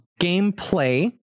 gameplay